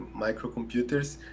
microcomputers